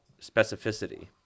specificity